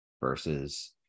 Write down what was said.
versus